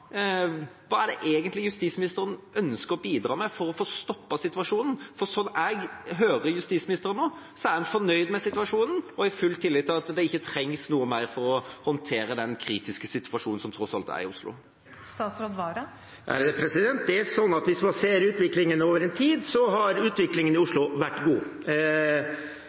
er han fornøyd med situasjonen og har full tillit til at det ikke trengs noe mer for å håndtere den kritiske situasjonen som tross alt er i Oslo. Hvis man ser utviklingen over tid, har utviklingen i Oslo vært god. Ungdomskriminaliteten var på vei ned. Det som har skjedd, og det har skjedd i løpet av det siste året, ifølge Oslo